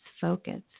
focus